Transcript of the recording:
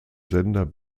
sender